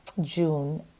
june